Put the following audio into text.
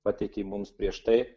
pateikė mums prieš tai